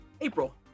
April